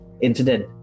incident